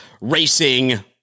racing